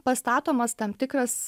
pastatomas tam tikras